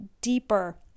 deeper